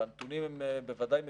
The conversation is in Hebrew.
והנתונים הם בוודאי מדויקים.